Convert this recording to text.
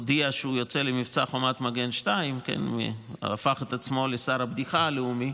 הודיע שהוא יוצא למבצע חומת מגן 2 והפך את עצמו לשר הבדיחה הלאומי,